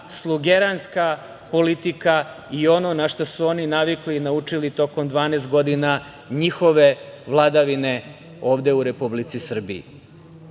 slogeranska politika i ono na šta su oni navikli i načuli tokom 12 godina njihove vladavine ovde u Republici Srbiji. Možete